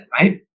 right